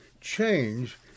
change